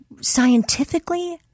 scientifically